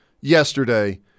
yesterday